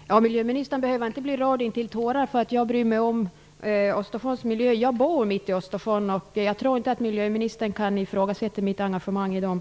Herr talman! Miljöministern behöver inte bli rörd intill tårar därför att jag bryr mig om Östersjöns miljö. Jag bor mitt i Östersjön, och jag tror inte att miljöministern kan ifrågasätta mitt engagemang i de